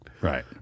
Right